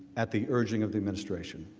at the urging of the administration?